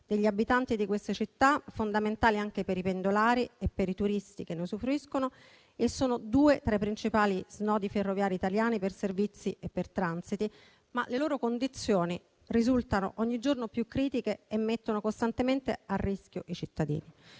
degli abitanti di queste città, fondamentali anche per i pendolari e per i turisti che ne usufruiscono, e sono due tra i principali nodi ferroviari italiani per servizi e per transiti, ma le loro condizioni risultano ogni giorno più critiche e mettono costantemente a rischio i cittadini.